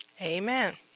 Amen